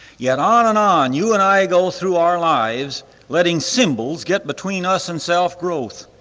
yet on and on you and i go through our lives letting symbols get between us and self-growth.